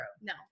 No